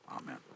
amen